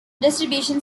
distribution